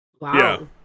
Wow